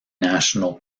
national